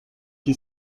qui